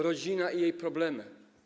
Rodzina i jej problemy.